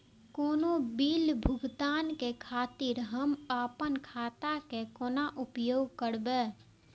कोनो बील भुगतान के खातिर हम आपन खाता के कोना उपयोग करबै?